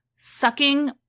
sucking